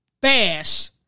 bash